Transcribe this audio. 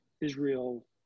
Israel